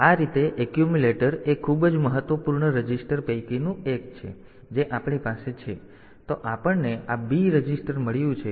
તેથી આ રીતે આ એક્યુમ્યુલેટર એ ખૂબ જ મહત્વપૂર્ણ રજીસ્ટર પૈકીનું એક છે જે આપણી પાસે છે તો આપણને આ B રજીસ્ટર મળ્યું છે